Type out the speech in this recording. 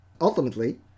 Ultimately